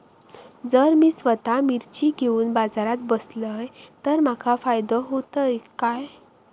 जर मी स्वतः मिर्ची घेवून बाजारात बसलय तर माका फायदो होयत काय?